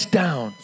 down